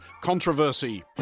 controversy